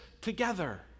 together